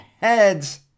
heads